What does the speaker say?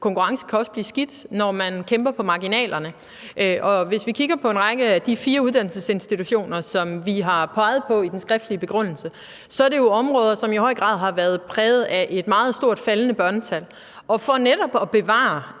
Konkurrence kan også være noget skidt, når man kæmper på marginalerne. Hvis man kigger på en række af de fire uddannelsesinstitutioner, som vi har peget på i den skriftlige begrundelse, vil man se, at det er områder, som i høj grad har været præget af et meget stærkt faldende børnetal. Og for netop at bevare